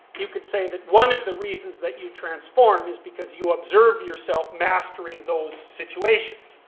you could say that one of the reasons that you transform is because you observe yourself mastering those situations.